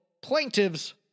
plaintiffs